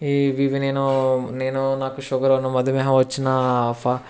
ఇవి ఇవి నేను నేను నాకు షుగర్ ఉన్న మధుమేహం వచ్చిన ఫా